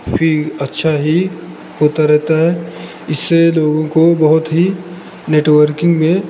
कि अच्छा ही होता रहता है इससे लोगों को बहुत ही नेटवर्किंग में